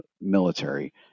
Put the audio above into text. military